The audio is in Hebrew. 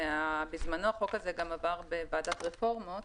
ובזמנו החוק הזה גם עבר בוועדת רפורמות,